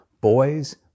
boys